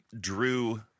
drew